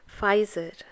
Pfizer